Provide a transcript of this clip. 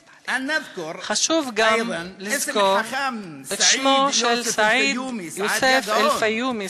חשוב גם לזכור את שמו של סעיד יוסף אלפיומי,